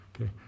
Okay